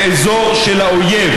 זה אזור של האויב,